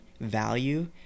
value